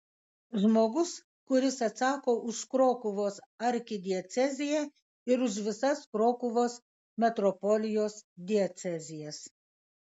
žmogus kuris atsako už krokuvos arkidieceziją ir už visas krokuvos metropolijos diecezijas